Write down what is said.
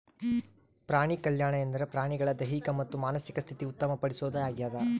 ಪ್ರಾಣಿಕಲ್ಯಾಣ ಎಂದರೆ ಪ್ರಾಣಿಗಳ ದೈಹಿಕ ಮತ್ತು ಮಾನಸಿಕ ಸ್ಥಿತಿ ಉತ್ತಮ ಪಡಿಸೋದು ಆಗ್ಯದ